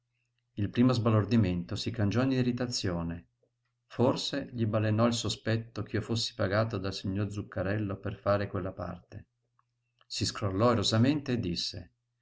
il primo sbalordimento si cangiò in irritazione forse gli balenò il sospetto ch'io fossi pagato dal signor zuccarello per fare quella parte si scrollò irosamente e disse